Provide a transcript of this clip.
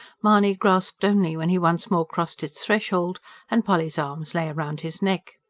mahony grasped only when he once more crossed its threshold and polly's arms lay round his neck.